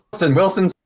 Wilson